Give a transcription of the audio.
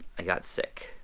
i got sick.